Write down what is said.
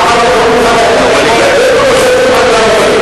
ואחר כך לא נוכל להגיד: ידינו לא שפכו את הדם הזה.